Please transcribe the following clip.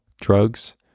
drugs